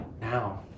now